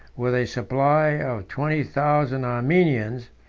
with a supply of twenty thousand armenians,